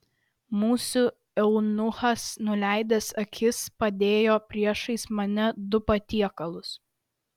mūsų eunuchas nuleidęs akis padėjo priešais mane du patiekalus